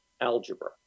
algebra